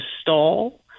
stall